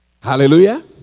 Hallelujah